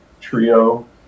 Trio